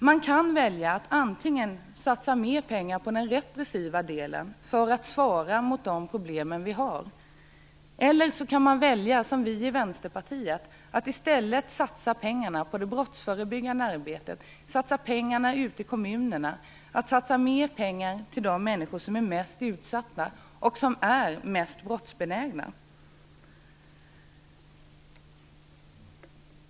Man kan välja att satsa mer pengar på den repressiva delen för att svara på de problem vi har. Eller också kan man som vi i Vänsterpartiet välja att i stället satsa pengarna på det brottsförebyggande arbetet, att satsa pengarna ute i kommunerna, att satsa mer pengar på de människor som är mest utsatta och som är mest brottsbenägna.